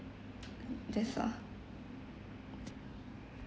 that's all